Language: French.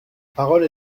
parole